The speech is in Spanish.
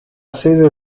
sede